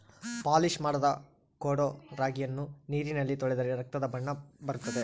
polish ಮಾಡದ ಕೊಡೊ ರಾಗಿಯನ್ನು ನೀರಿನಲ್ಲಿ ತೊಳೆದರೆ ರಕ್ತದ ಬಣ್ಣ ಬರುತ್ತದೆ